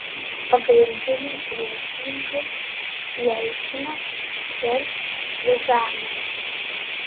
pagrindiniai priešininkai jelcinas ir ziuganovas